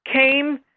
came